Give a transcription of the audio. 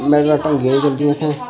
ना ढंगै दियां चलदियां इ'त्थें